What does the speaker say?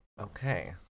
Okay